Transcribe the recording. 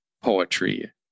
poetry